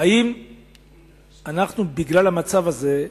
האם אנחנו, בגלל המצב הזה,